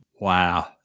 Wow